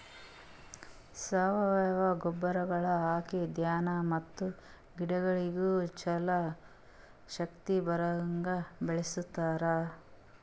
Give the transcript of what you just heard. ಸಾವಯವ ಗೊಬ್ಬರಗೊಳ್ ಹಾಕಿ ಧಾನ್ಯ ಮತ್ತ ಗಿಡಗೊಳಿಗ್ ಛಲೋ ಶಕ್ತಿ ಬರಂಗ್ ಬೆಳಿಸ್ತಾರ್